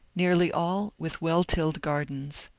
nearly all with well-tilled gar dens.